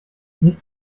nicht